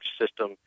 system